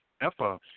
EPA